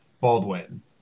Baldwin